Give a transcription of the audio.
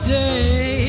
day